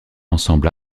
ensemble